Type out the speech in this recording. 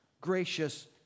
gracious